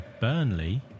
Burnley